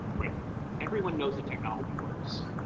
like everyone knows the technology works.